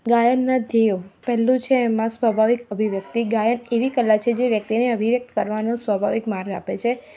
ગાયનના ધ્યેયો પહેલું છે એમાં સ્વભાવિક અભિવ્યક્તિ ગાયક એવી કલા છે જે વ્યક્તિને અભિવ્યક્ત કરવાનો સ્વભાવિક માર્ગ આપે છે